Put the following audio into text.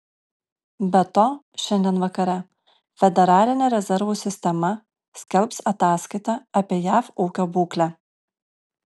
be to šiandien vakare federalinė rezervų sistema skelbs ataskaitą apie jav ūkio būklę